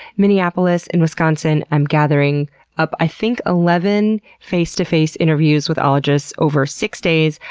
minneapolis, and wisconsin. i'm gathering up, i think, eleven face-to-face interviews with ologists over six days.